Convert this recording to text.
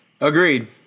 Agreed